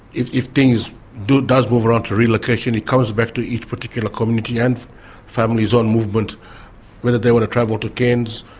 if if things do move around to relocation it comes back to each particular community and families on movement whether they want to travel to cairns,